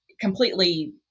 completely